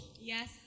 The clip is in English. Yes